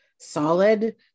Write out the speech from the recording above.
solid